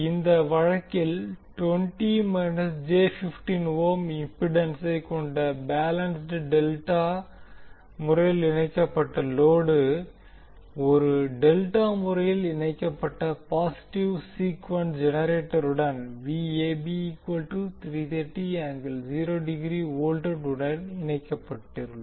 இந்த வழக்கில் இம்பிடன்சை கொண்ட பேலன்ஸ்ட் டெல்டா முறையில் இணைக்கப்பட்ட லோடு ஒரு டெல்டா முறையில் இணைக்கப்பட்ட பாசிட்டிவ் சீக்குவென்ஸ் ஜெனரேட்டருடன் V உடன் இணைக்கப்பட்டுள்ளது